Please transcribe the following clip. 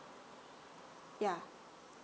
yeah